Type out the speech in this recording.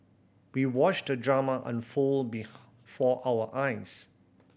we watched the drama unfold before our eyes